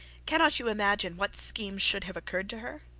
cannot you imagine what scheme should have occurred to her